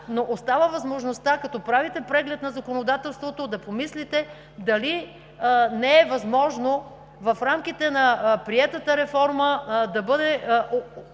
но остава възможността като правите преглед на законодателството, да помислите дали не е възможно в рамките на приетата реформа да бъде